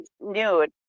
nude